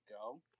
go